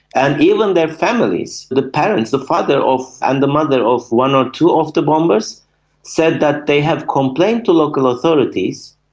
and even their families the parents, the father and the mother of one or two of the bombers said that they have complained to local authorities.